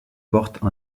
porte